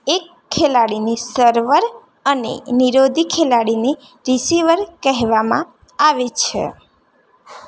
એક ખેલાડીને સર્વર અને નીરોધી ખેલાડીને રિસીવર કહેવામાં આવે છે